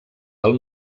del